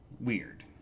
weird